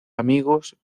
amigos